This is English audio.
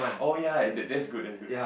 oh ya that's good that's good